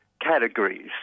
categories